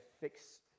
fix